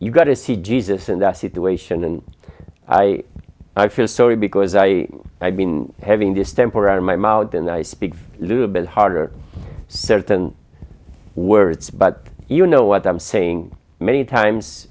you got to see jesus in that situation and i i feel sorry because i have been having this temper and my mouth and i speak a little bit harder certain words but you know what i'm saying many times